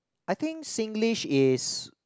I think Singlish is